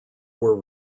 were